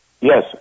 Yes